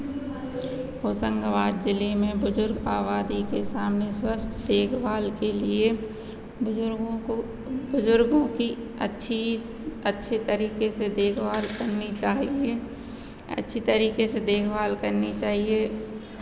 होशंगावाद जिले में बुज़ुर्ग आबादी के सामने स्वस्थ देखभाल के लिए बुज़ुर्गों को बुज़ुर्गों की अच्छी अच्छे तरीके से देखभाल करनी चाहिए अच्छी तरीके से देखभाल करनी चाहिए